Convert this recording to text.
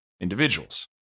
individuals